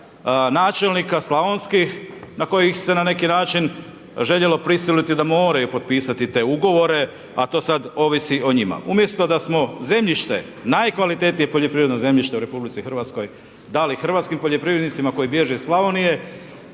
načelnika slavonskih na koji ih se na neki način željelo prisiliti da moraju potpisati te ugovore, a to sad ovisi o njima. Umjesto da smo zemljište, najkvalitetnije poljoprivredno zemljište u RH dali hrvatskim poljoprivrednicima koji bježe iz Slavonije,